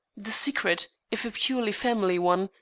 the secret, if a purely family one,